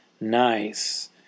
Nice